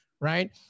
right